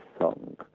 Song